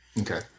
Okay